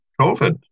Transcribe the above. COVID